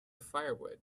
firewood